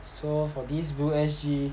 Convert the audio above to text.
so for this blue S_G